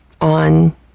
on